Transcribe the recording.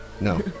No